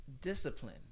discipline